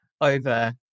over